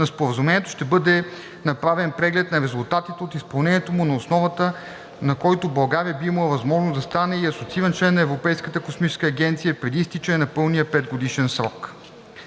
на Споразумението ще бъде направен преглед на резултатите от изпълнението му, на основата на който България би имала възможност да стане и асоцииран член на Европейската космическа агенция преди изтичане на пълния петгодишен срок.